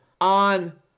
on